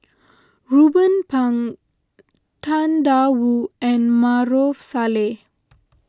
Ruben Pang Tang Da Wu and Maarof Salleh